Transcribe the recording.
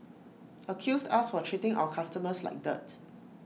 accused us for treating our customers like dirt